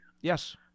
Yes